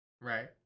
right